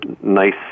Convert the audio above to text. nice